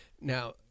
Now